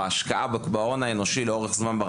בהשקעה לאורך זמן במשאב האנושי,